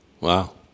Wow